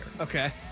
Okay